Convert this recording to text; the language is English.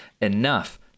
enough